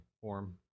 form